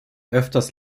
öfters